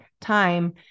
time